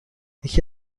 یکی